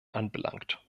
anbelangt